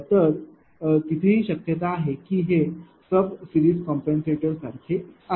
तर तिथेही शक्यता आहे की हे सब सिरीज कॅपेसिटर सारखे आहे